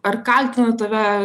ar kaltina tave